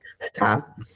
stop